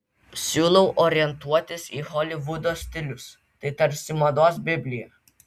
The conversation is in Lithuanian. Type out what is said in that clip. siūlau orientuotis į holivudo stilius tai tarsi mados biblija